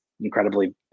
incredibly